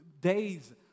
days